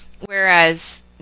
whereas